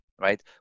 right